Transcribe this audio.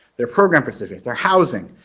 their program participation, their housing.